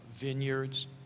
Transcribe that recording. vineyards